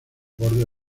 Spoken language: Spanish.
bordes